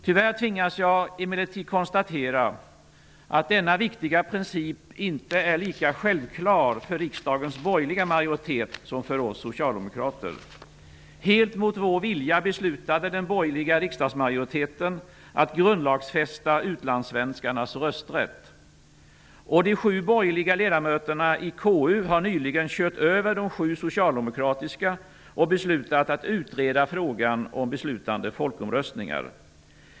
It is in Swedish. Tyvärr tvingas jag emellertid konstatera att denna viktiga princip inte är lika självklar för riksdagens borgerliga majoritet som för oss socialdemokrater. Helt mot vår vilja beslutade den borgerliga riksdagsmajoriteten att grundlagsfästa utlandssvenskarnas rösträtt. Och de sju borgerliga ledamöterna i KU har nyligen kört över de sju socialdemokratiska och beslutat att utreda frågan om beslutande folkomröstningar.